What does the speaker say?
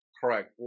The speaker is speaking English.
correct